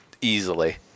easily